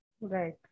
Right